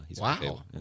Wow